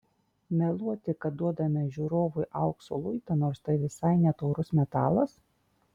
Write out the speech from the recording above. meluoti kad duodame žiūrovui aukso luitą nors tai visai ne taurus metalas